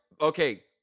okay